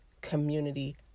community